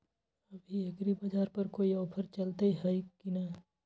अभी एग्रीबाजार पर कोई ऑफर चलतई हई की न?